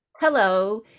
Hello